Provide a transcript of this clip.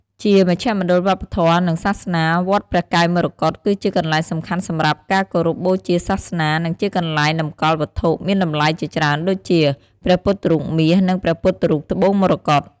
ជាមជ្ឈមណ្ឌលវប្បធម៌ និងសាសនា វត្តព្រះកែវមរកតគឺជាកន្លែងសំខាន់សម្រាប់ការគោរពបូជាសាសនា និងជាកន្លែងតម្កល់វត្ថុមានតម្លៃជាច្រើនដូចជា ព្រះពុទ្ធរូបមាស និងព្រះពុទ្ធរូបត្បូងមរកត។